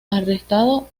arrestado